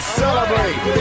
celebrate